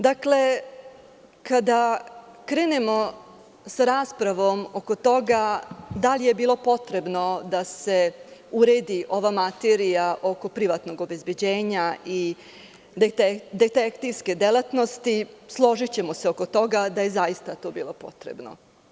Dakle, kada krenemo sa raspravom oko toga da li je bilo potrebno da se uredi ova materija oko privatnog obezbeđenja i detektivske delatnosti, složićemo se oko toga da je zaista to bilo potrebno.